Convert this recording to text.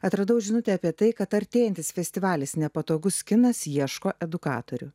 atradau žinutę apie tai kad artėjantis festivalis nepatogus kinas ieško edukatorių